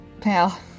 pal